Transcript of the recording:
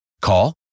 Call